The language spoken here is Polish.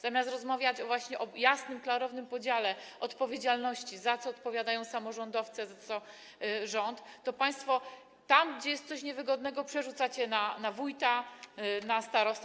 Zamiast rozmawiać właśnie o jasnym, klarownym podziale odpowiedzialności, za co odpowiadają samorządowcy, a za co rząd, to państwo tam, gdzie jest coś niewygodnego, przerzucacie to na wójta, na starostę.